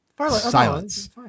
Silence